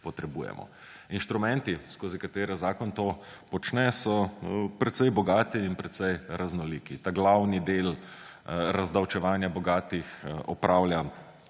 potrebujemo. Inštrumenti, skozi katere zakon to počne, so precej bogati in precej raznoliki. Ta glavni del razdavčevanja bogatih opravlja